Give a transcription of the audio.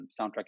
soundtrack